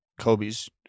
Kobe's